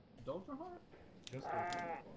duldrahar just duldrahar.